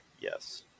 yes